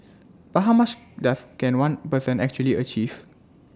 but how much does can one person actually achieve